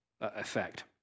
effect